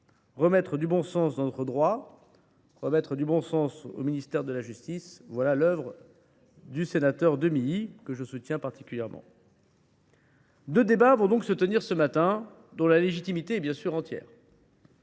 Remettre du bon sens dans notre droit et du bon sens au ministère de la justice, voilà le sens de l’œuvre du sénateur Demilly, que je soutiens particulièrement. Deux débats vont donc se tenir ce matin, dont la légitimité est bien sûr entière.